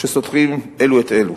שסותרים אלו את אלו.